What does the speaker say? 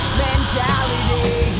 mentality